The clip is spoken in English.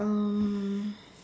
um